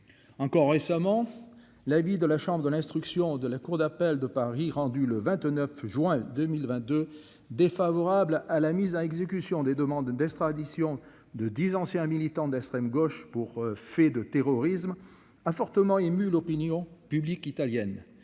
encore récemment la vie de la chambre de l'instruction de la cour d'appel de Paris, rendu le 29 juin 2022 défavorables à la mise à. Exécution des demandes d'extradition de 10 anciens militants d'extrême gauche pour faits de terrorisme ah. Thomas ému l'opinion publique italienne,